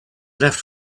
left